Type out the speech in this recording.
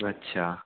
अच्छा